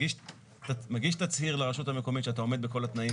אתה מגיש תצהיר לרשות המקומית שאתה עומד בכל התנאים